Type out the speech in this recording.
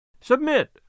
Submit